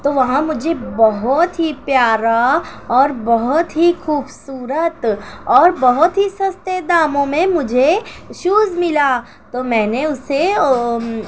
تو وہاں مجھے بہت ہی پیارا اور بہت ہی خوبصورت اور بہت ہی سستے داموں میں مجھے شوز ملا تو میں نے اسے